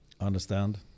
understand